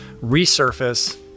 resurface